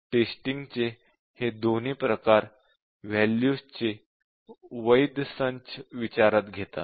testing चे हे दोन्ही प्रकार वॅल्यूचे वैध संच विचारात घेतात